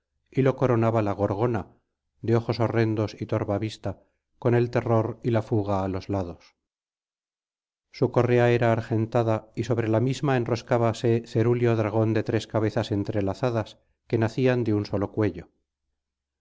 y lo coronaba la gorgona de ojos horrendos y torva vista con el terror y la fuga á los lados su correa era argentada y sobre la misma enroscábase cerúleo dragón de tres cabezas entrelazadas que nacían de un solo cuello